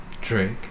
Drake